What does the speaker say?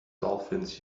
dolphins